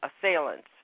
assailants